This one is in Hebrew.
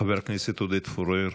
חבר הכנסת עודד פורר,